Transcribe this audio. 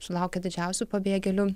sulaukė didžiausių pabėgėlių